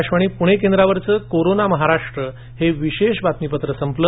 आकाशवाणी पुणे केंद्रावरच कोरोना महाराष्ट्र हे विशेष बातमीपत्र संपल